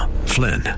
Flynn